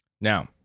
Now